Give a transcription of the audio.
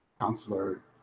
counselor